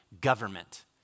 government